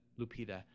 Lupita